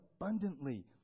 abundantly